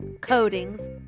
coatings